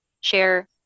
share